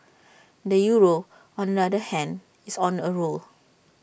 the euro on the other hand is on A roll